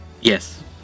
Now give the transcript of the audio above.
Yes